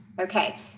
Okay